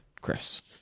Chris